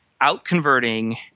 out-converting